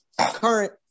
current